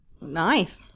Nice